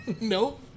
Nope